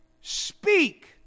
speak